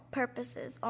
purposes